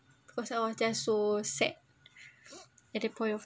cause I was just so sad at the point of